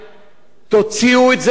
תוציאו את זה מהראש.